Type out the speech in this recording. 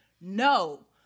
no